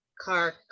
car